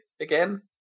again